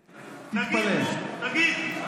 תתפלא, בכירים, תגיד,